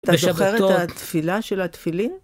אתה זוכר את התפילה של התפילין?